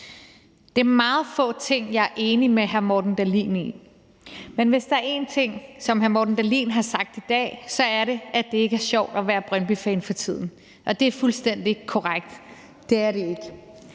Det er meget få ting, jeg er enig med hr. Morten Dahlin i, men hvis der er en ting, som hr. Morten Dahlin har sagt i dag, som jeg er enig i, er det, at det ikke er sjovt at være brøndbyfan for tiden. Det er fuldstændig korrekt, at det er det ikke.